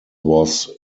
was